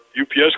UPS